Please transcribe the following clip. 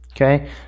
okay